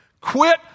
Quit